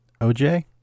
OJ